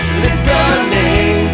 listening